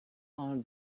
are